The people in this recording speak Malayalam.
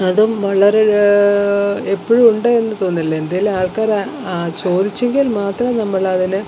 അതും വളരേ എപ്പോഴുണ്ട് എന്ന് തോന്നുന്നില്ല എന്തേലും ആൾക്കാര് ആ ചോദിച്ചെങ്കിൽ മാത്രം നമ്മളതില്